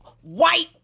white